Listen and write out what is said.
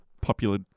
popular